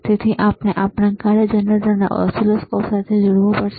તેથી આપણે આપણા કાર્ય જનરેટરને ઓસિલોસ્કોપ સાથે જોડવું પડશે